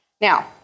Now